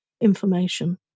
Information